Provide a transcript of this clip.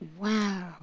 Wow